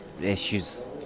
issues